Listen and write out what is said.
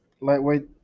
lightweight